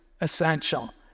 essential